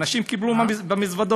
אנשים קיבלו במזוודות.